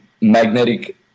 magnetic